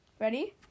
Ready